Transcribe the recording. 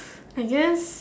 I guess